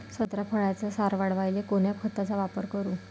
संत्रा फळाचा सार वाढवायले कोन्या खताचा वापर करू?